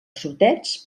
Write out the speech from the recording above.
sorteig